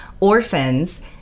Orphans